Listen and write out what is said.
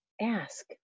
ask